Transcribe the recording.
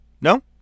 No